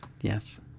Yes